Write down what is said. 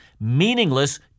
meaningless